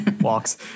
walks